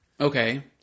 okay